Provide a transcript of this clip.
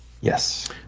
Yes